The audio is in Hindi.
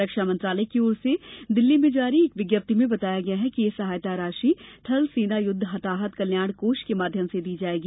रक्षामंत्री राजनाथ सिंह की ओर से दिल्ली में जारी एक विज्ञप्ति में बताया गया कि यह सहायता राशि थल सेना युद्ध हताहत कल्याण कोष के माध्यम से दी जाएगी